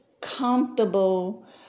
comfortable